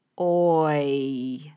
Oy